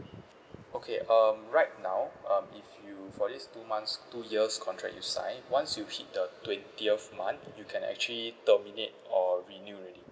okay um right now um if you for this two months two years contract you sign once you hit the twentieth month you can actually terminate or renew already